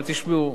אבל תשמעו,